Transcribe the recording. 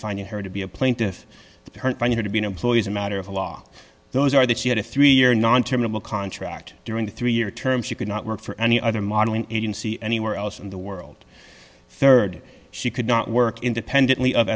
finding her to be a plaintiff going to be an employee as a matter of law those are that she had a three year non terminal contract during the three year term she could not work for any other modeling agency anywhere else in the world rd she could not work independently of